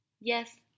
Yes